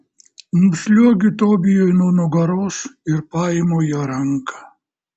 nusliuogiu tobijui nuo nugaros ir paimu jo ranką